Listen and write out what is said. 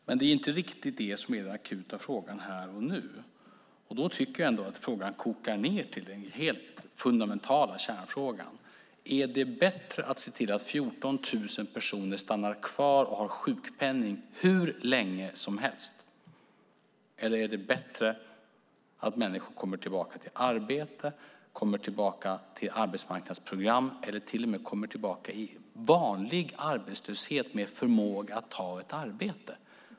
Men det är inte riktigt det som är den akuta frågan här och nu. Jag tycker att frågan kokar ned till den helt fundamentala kärnfrågan: Är det bättre att 14 000 personer stannar kvar och har sjukpenning hur länge som helst än att människor kommer tillbaka till arbete, till arbetsmarknadsprogram eller till och med till vanlig arbetslöshet med förmåga att ta ett arbete?